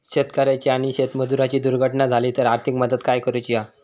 शेतकऱ्याची आणि शेतमजुराची दुर्घटना झाली तर आर्थिक मदत काय करूची हा?